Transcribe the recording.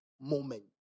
moment